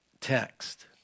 text